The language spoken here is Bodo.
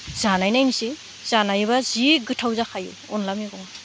जानाय नायनोसै जानायोबा जि गोथाव जाखायो अनला मैगङा